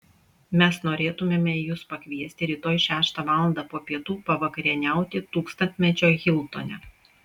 mes norėtumėme jus pakviesti rytoj šeštą valandą po pietų pavakarieniauti tūkstantmečio hiltone